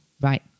Right